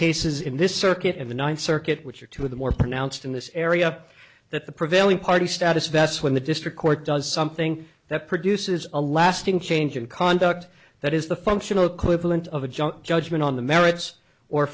cases in this circuit and the ninth circuit which are two of the more pronounced in this area that the prevailing party status best when the district court does something that produces a lasting change in conduct that is the functional equivalent of a judge judgment on the m